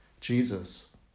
Jesus